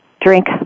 Drink